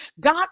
God